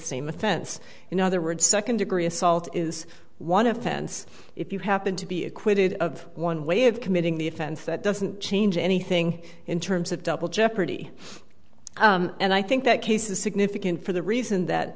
same offense in other words second degree assault is one offense if you happen to be acquitted of one way of committing the offense that doesn't change anything in terms of double jeopardy and i think that case is significant for the reason that